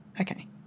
Okay